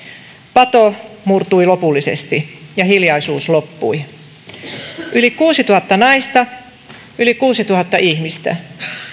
pato murtui lopullisesti ja hiljaisuus loppui yli kuusituhatta naista yli kuusituhatta ihmistä